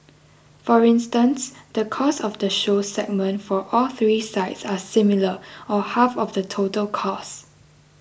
for instance the cost of the show segment for all three sites are similar or half of the total costs